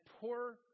poor